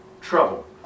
trouble